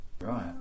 right